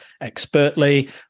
expertly